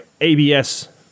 ABS